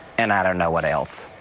and i don't know what else.